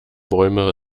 bäume